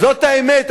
זאת האמת.